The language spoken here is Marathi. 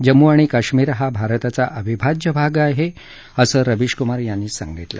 जम्मू आणि काश्मीर हा भारताचा अविभाज्य भाग आहे असं रवीश कुमार म्हणाले